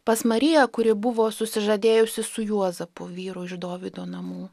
pas mariją kuri buvo susižadėjusi su juozapu vyru iš dovydo namų